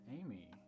Amy